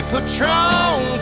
Patron